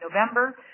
November